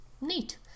neat